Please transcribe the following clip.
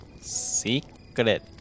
secret